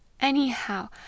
Anyhow